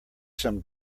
some